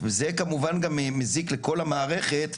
וזה כמובן מזיק גם לכל המערכת,